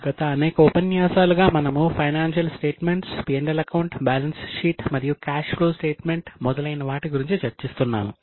గత అనేక ఉపన్యాసాలుగా మనము ఫైనాన్షియల్ స్టేట్మెంట్స్ మొదలైన వాటి గురించి చర్చిస్తున్నాము